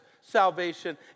salvation